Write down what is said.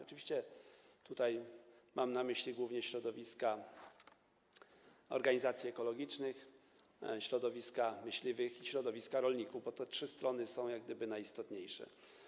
Oczywiście mam tutaj na myśli głównie środowiska organizacji ekologicznych, środowiska myśliwych i środowiska rolników, bo te trzy strony są jak gdyby najistotniejsze.